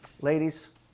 Ladies